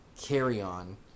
carry-on